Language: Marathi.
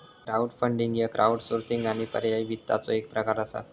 क्राऊडफंडिंग ह्य क्राउडसोर्सिंग आणि पर्यायी वित्ताचो एक प्रकार असा